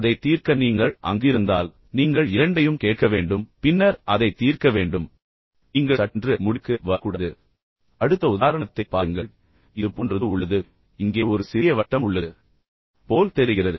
அதைத் தீர்க்க நீங்கள் அங்கு இருந்தால் நீங்கள் இரண்டையும் கேட்க வேண்டும் பின்னர் அதை தீர்க்க வேண்டும் நீங்கள் சட்டென்று முடிவுக்கு வரக்கூடாது அடுத்த உதாரணத்தைப் பாருங்கள் மீண்டும் இது போன்றது உள்ளது இங்கே ஒரு சிறிய வட்டம் உள்ளது போல் தெரிகிறது